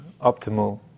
optimal